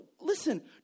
Listen